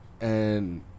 and-